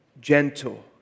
gentle